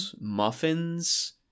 muffins